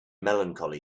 melancholy